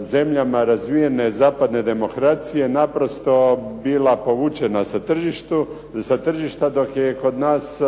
zemljama razvijene zapadne demokracije naprosto bila povučena sa tržišta dok je kod nas